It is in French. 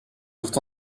eurent